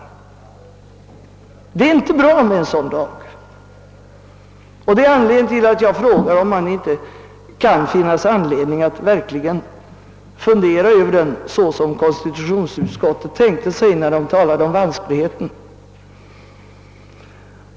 Det är inte bra med en sådan lag, och detta är anledningen till att jag undrar om det inte kan finnas skäl i att verkligen fundera över det som konstitutionsutskottet syftade på med sina ord om ämnets vansklighet.